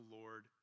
Lord